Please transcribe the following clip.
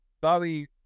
Bowie